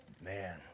Man